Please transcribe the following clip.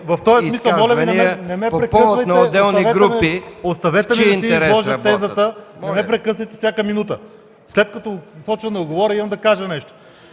изказвания по повод на отделни групи, в чий интерес работят.